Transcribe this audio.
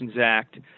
Act